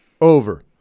Over